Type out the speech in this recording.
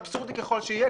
אבסורדי ככל שיהיה,